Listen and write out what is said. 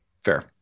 fair